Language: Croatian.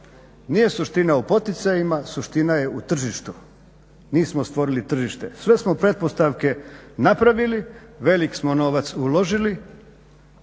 nije suština u poticajima, suština je u tržištu, nismo stvorili tržište, sve smo pretpostavke napravili, velik smo novac uložili,